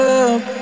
up